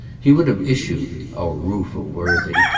he would have issued, our rueful worthy,